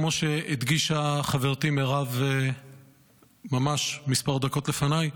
כמו שהדגישה חברתי מירב ממש כמה דקות לפניי,